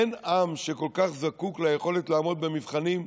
אין עם שכל כך זקוק ליכולת לעמוד במבחנים,